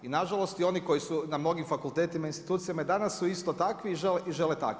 I na žalost i oni koji su na mnogim fakultetima, institucijama i danas su isto takvi i žele takve.